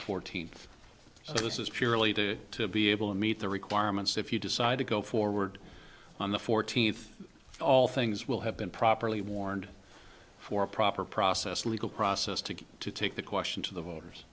fourteenth so this is purely due to be able to meet the requirements if you decide to go forward on the fourteenth all things will have been properly warned for a proper process legal process to take the question to the voters